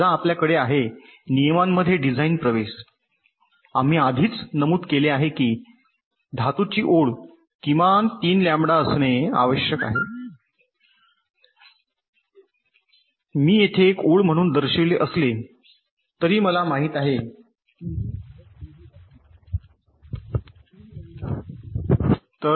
समजा आपल्याकडे आहे नियमांमध्ये डिझाइन प्रवेश आम्ही आधीच नमूद केले आहे की धातूची ओळ किमान 3 लॅम्बडा रुंद असणे आवश्यक आहे मी येथे एक ओळ म्हणून दर्शविले असले तरीही मला माहित आहे की ही आयत रुंदी असेल 3 लॅम्बडा